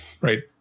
right